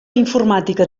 informàtica